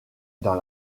dans